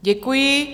Děkuji.